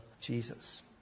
Jesus